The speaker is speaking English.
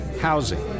Housing